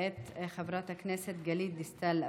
וכעת חברת הכנסת גלית דיסטל אטבריאן,